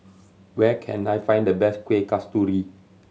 where can I find the best Kuih Kasturi